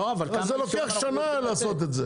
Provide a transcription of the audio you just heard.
לוקח שנה לעשות את זה.